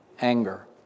Anger